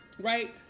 Right